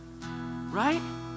right